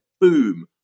boom